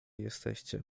jesteście